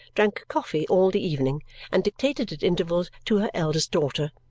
drank coffee all the evening and dictated at intervals to her eldest daughter.